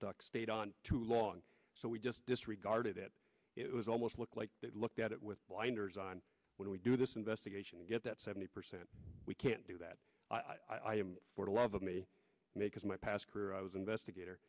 stuck stayed on too long so we just disregarded it it was almost look like it looked at it with blinders on when we do this investigation to get that seventy percent we can't do that i am for the love of me make my past career i was investigator